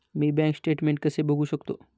मी bank statement कसे बघू शकतो?